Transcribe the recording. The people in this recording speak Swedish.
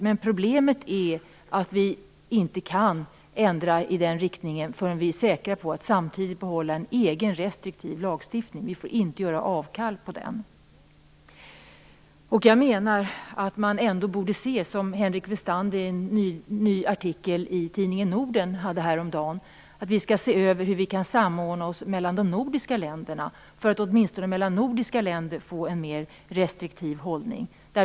Men problemet är att vi inte kan ändra i den riktningen förrän vi är säkra på att samtidigt kunna behålla en egen restriktiv lagstiftning. Vi får inte göra avkall på den. Jag menar, precis som Henrik Westander i en artikel i tidningen Norden, att vi skall se över hur vi kan samordna oss mellan de nordiska länderna för att åtminstone mellan de nordiska länderna få en mer restriktiv hållning.